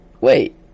Wait